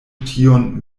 tiun